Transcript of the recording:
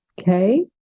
Okay